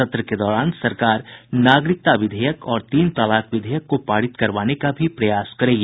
सत्र के दौरान सरकार नागरिकता विधेयक और तीन तलाक विधेयक को पारित करवाने का भी प्रयास करेगी